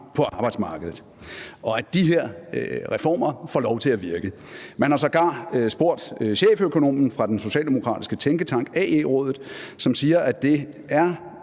på arbejdsmarkedet, og at de her reformer får lov til at virke. Man har sågar spurgt cheføkonomen fra den socialdemokratiske tænketank AE, som siger, at det,